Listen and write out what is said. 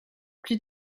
plus